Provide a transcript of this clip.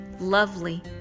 lovely